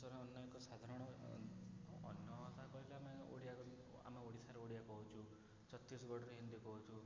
ଦେଶର ଅନେକ ସାଧାରଣ ଅନ୍ୟକଥା କହିଲେ ଆମେ ଓଡ଼ିଆ ଆମେ ଓଡ଼ିଶାରେ ଓଡ଼ିଆ କହୁଛୁ ଛତିଶଗଡ଼ରେ ହିନ୍ଦୀ କହୁଛୁ